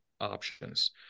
options